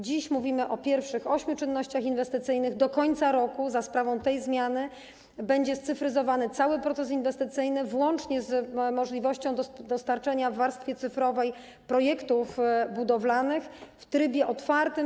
Dziś mówimy o pierwszych ośmiu czynnościach inwestycyjnych, a do końca roku za sprawą tej zmiany zostanie scyfryzowany cały proces inwestycyjny, włącznie z możliwością dostarczenia w wersji cyfrowej projektów budowlanych w trybie otwartym.